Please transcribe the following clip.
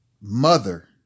mother